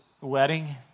wedding